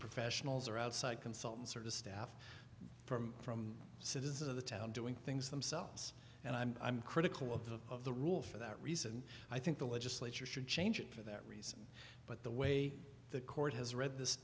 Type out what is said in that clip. professionals or outside consultants or to staff from from citizens of the town doing things themselves and i'm critical of the rule for that reason i think the legislature should change it for that reason but the way the court has read this